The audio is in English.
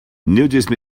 nudism